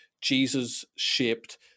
Jesus-shaped